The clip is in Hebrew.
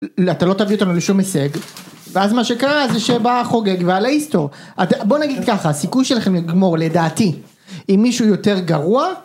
אתה לא תביא אותנו לשום הישג ואז מה שקרה זה שבה חוגג ואללה איסתור בוא נגיד ככה הסיכוי שלכם לגמור לדעתי עם מישהו יותר גרוע